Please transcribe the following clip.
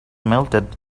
melted